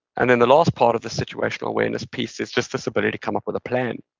and then, the last part of the situational awareness piece is just this ability to come up with a plan.